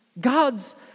God's